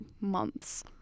months